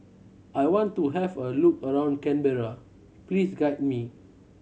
I want to have a look around Canberra please guide me